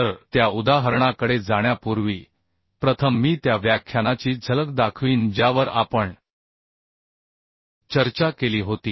तर त्या उदाहरणाकडे जाण्यापूर्वी प्रथम मी त्या व्याख्यानाची झलक दाखवीन ज्यावर आपण चर्चा केली होती